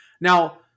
Now